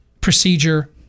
procedure